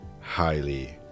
highly